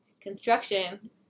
construction